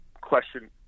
question